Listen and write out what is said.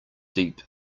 deep